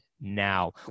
now